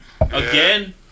Again